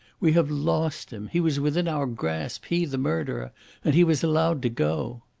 we have lost him. he was within our grasp he, the murderer and he was allowed to go!